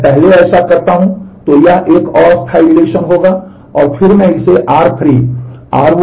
यदि मैं पहले ऐसा करता हूं तो यह एक अस्थायी रिलेशन करूँगा